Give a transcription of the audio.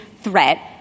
threat